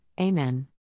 Amen